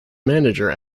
manager